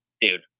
Dude